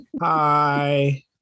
Hi